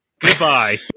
goodbye